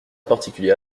particulier